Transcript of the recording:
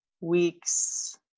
weeks